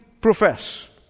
profess